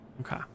Okay